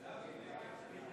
גם הסתייגות מס' 12 לא